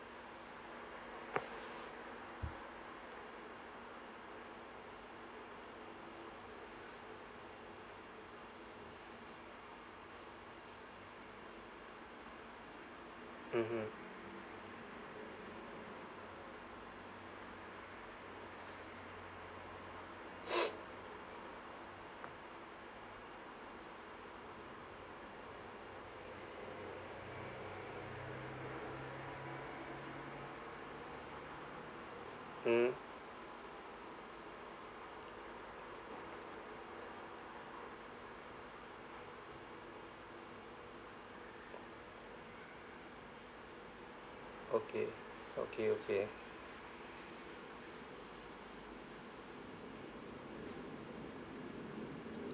mmhmm mm okay okay okay